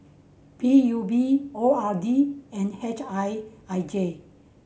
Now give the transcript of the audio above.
P U B O R D and H I I J